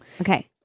Okay